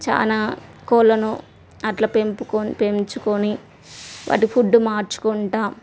చాలా కోళ్ళను అట్లా పెంపుకొ పెంచుకొని వాటి ఫుడ్ మార్చుకుంటా